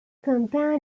compare